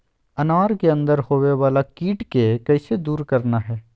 अनार के अंदर होवे वाला कीट के कैसे दूर करना है?